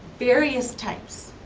various types.